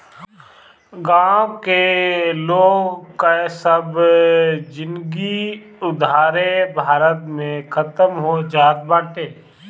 गांव के लोग कअ सब जिनगी उधारे भरत में खतम हो जात बाटे